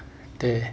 对